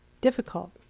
difficult